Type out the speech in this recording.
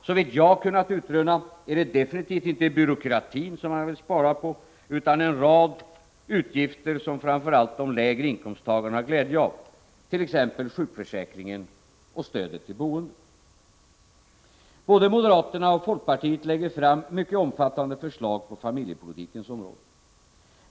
Såvitt jag kunnat utröna är det definitivt inte byråkratin som man vill spara på utan en rad utgifter, som framför allt de lägre inkomsttagarna har glädje av, t.ex. sjukförsäkringen och stödet till boendet. Både moderaterna och folkpartiet lägger fram mycket omfattande förslag på familjepolitikens område.